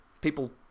People